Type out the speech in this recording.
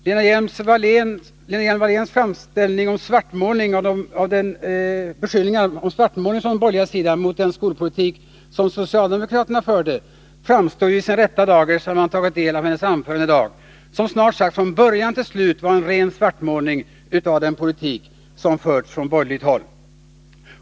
Lena Hjelm-Walléns beskyllningar om svartmålning från de borgerligas sida av den skolpolitik som socialdemokraterna förde framstår ju i sin rätta dager sedan vi tagit del av hennes anförande i dag. Det var snart sagt från början till slut en ren svartmålning av den politik som förts från borgerligt håll.